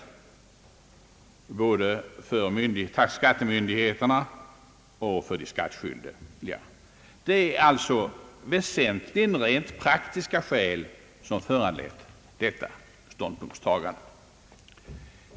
Både för skattemyndigheterna och för de skattskyldiga blir detta besvärligt. Det är alltså väsentligen rent praktiska skäl som föranlett ståndpunktstagandet.